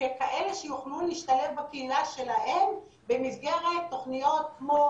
ככאלה שיוכלו להשתלב בקהילה שלהם במסגרת תוכניות כמו